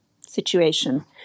situation